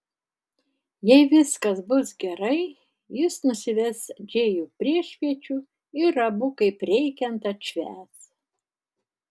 jei viskas bus gerai jis nusives džėjų priešpiečių ir abu kaip reikiant atšvęs